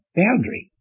boundary